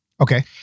Okay